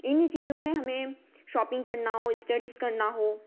इन्हीं चीज़ों में हमें शॉपिंग करना हो स्टडिस करना हो